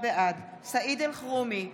בעד סעיד אלחרומי,